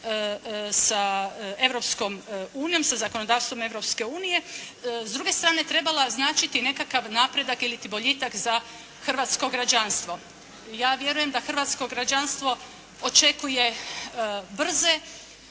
sa Europskom unijom, sa zakonodavstvom Europske unije s druge strane trebala značiti nekakav napredak iliti boljitak za hrvatsko građanstvo. Ja vjerujem da Hrvatsko građanstvo očekuje brze,